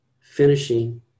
finishing